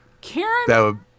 karen